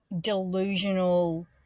delusional